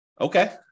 Okay